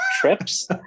trips